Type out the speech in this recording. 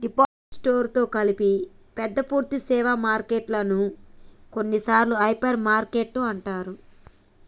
department store తో కలిపి పెద్ద పూర్థి సేవ సూపర్ మార్కెటు ను కొన్నిసార్లు హైపర్ మార్కెట్ అంటారు